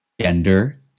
gender